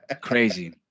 Crazy